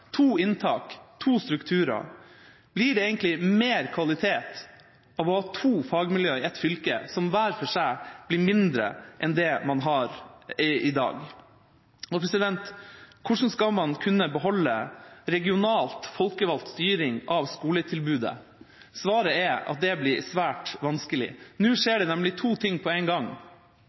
to inntak, to strukturer? Blir det egentlig mer kvalitet av å ha to fagmiljøer i et fylke, som hver for seg blir mindre enn det man har i dag? Hvordan skal man kunne beholde regional, folkevalgt styring av skoletilbudet? Svaret er at det blir svært vanskelig. Nå skjer det nemlig to ting på en gang.